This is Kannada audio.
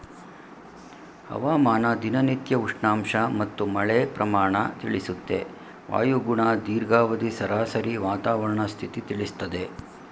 ಹವಾಮಾನ ದಿನನಿತ್ಯ ಉಷ್ಣಾಂಶ ಮತ್ತು ಮಳೆ ಪ್ರಮಾಣ ತಿಳಿಸುತ್ತೆ ವಾಯುಗುಣ ದೀರ್ಘಾವಧಿ ಸರಾಸರಿ ವಾತಾವರಣ ಸ್ಥಿತಿ ತಿಳಿಸ್ತದೆ